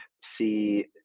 see